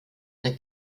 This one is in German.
der